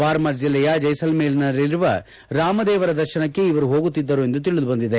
ಬಾರ್ಮರ್ ಜಿಲ್ಲೆಯ ಜೈಸಲ್ಮೇರ್ನಲ್ಲಿರುವ ರಾಮದೇವರ ದರ್ಶನಕ್ಕೆ ಇವರು ಹೋಗುತ್ತಿದ್ದರು ಎಂದು ತಿಳಿದು ಬಂದಿದೆ